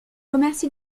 remercie